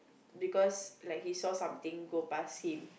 because like he saw something go past him